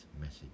message